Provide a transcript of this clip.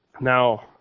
Now